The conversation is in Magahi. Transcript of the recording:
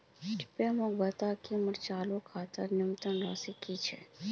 कृपया मोक बता कि मोर चालू खातार न्यूनतम राशि की छे